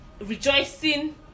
rejoicing